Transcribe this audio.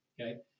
Okay